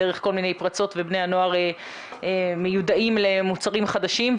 דרך כול מיני פרצות ובני הנוער מיודעים למוצרים חדשים.